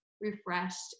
refreshed